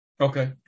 Okay